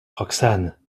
roxane